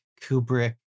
Kubrick